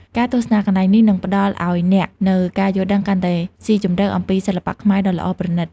ការទស្សនាកន្លែងនេះនឹងផ្តល់ឲ្យអ្នកនូវការយល់ដឹងកាន់តែស៊ីជម្រៅអំពីសិល្បៈខ្មែរដ៏ល្អប្រណិត។